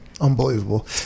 Unbelievable